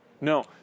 No